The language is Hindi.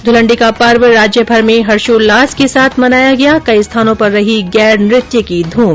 ध्रलंडी का पर्व राज्यभर में हर्षोल्लास के साथ मनाया गया कई स्थानों पर रही गैर नृत्य की धूम